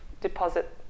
deposit